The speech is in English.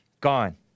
gone